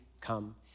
come